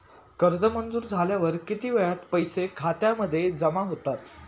कर्ज मंजूर झाल्यावर किती वेळात पैसे खात्यामध्ये जमा होतात?